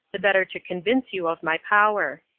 the better to convince you of my power.